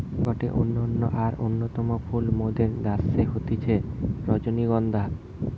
গটে অনন্য আর অন্যতম ফুল মোদের দ্যাশে হতিছে রজনীগন্ধা